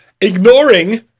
ignoring